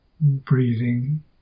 Breathing